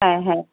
হ্যাঁ হ্যাঁ